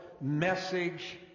message